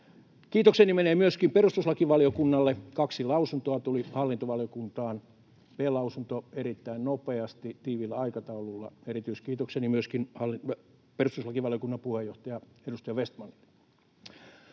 Kiitokseni menee myöskin perustuslakivaliokunnalle: kaksi lausuntoa tuli hallintovaliokuntaan, B-lausunto erittäin nopeasti, tiiviillä aikataululla. Erityiskiitokseni myöskin perustuslakivaliokunnan puheenjohtaja edustaja Vestmanille.